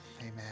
Amen